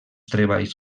treballs